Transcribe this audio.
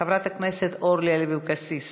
חברת הכנסת לוי-אבקסיס,